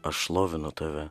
aš šlovinu tave